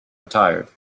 retired